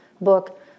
book